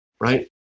right